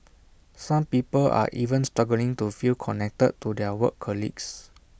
some people are even struggling to feel connected to their work colleagues